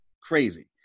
Crazy